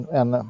en